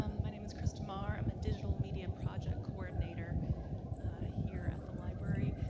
um my name is christa maher. i'm a digital media project coordinator ah here at the library.